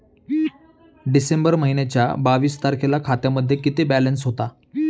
डिसेंबर महिन्याच्या बावीस तारखेला खात्यामध्ये किती बॅलन्स होता?